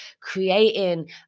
creating